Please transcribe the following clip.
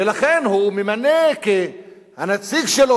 ולכן הוא ממנה את הנציג שלו,